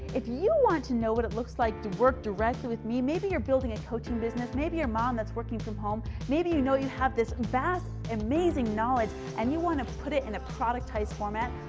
if you want to know what it looks like to work directly with me, maybe you're building a coaching business, maybe your mom that's working from home, maybe you know you have this vast amazing knowledge and you want to put it in a productize format,